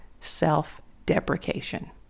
self-deprecation